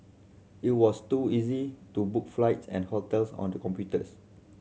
it was too easy to book flights and hotels on the computers